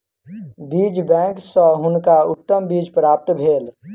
बीज बैंक सॅ हुनका उत्तम बीज प्राप्त भेल